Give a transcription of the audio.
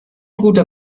guter